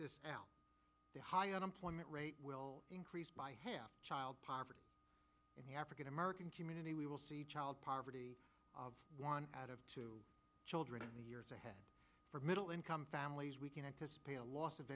talk the high unemployment rate will increase by half child poverty in the african american community we will see child poverty one out of two children in the years ahead for middle income families we can anticipate